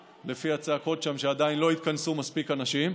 ולפי הצעקות שיש שם אני מבין שעדיין לא התכנסו מספיק אנשים.